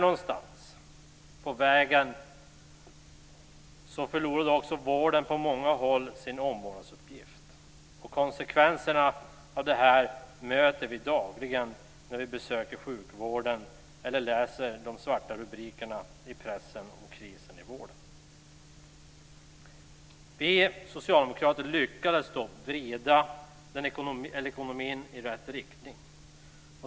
Någonstans här på vägen förlorade också vården på många håll sin omvårdnadsuppgift. Konsekvenserna av detta möter vi dagligen när vi besöker sjukvården eller läser de svarta rubrikerna i pressen om krisen i vården. Vi socialdemokrater lyckades dock vrida ekonomin i rätt riktning.